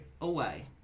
away